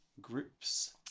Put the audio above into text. groups